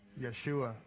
Yeshua